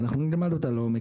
ואנחנו נלמד אותה לעומק,